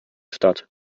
statt